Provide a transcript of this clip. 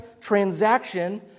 transaction